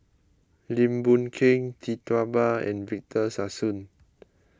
Lim Boon Keng Tee Tua Ba and Victor Sassoon